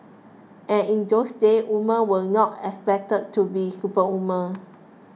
and in those days woman were not expected to be superwoman